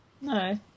No